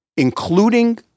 including